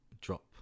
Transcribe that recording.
drop